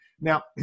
Now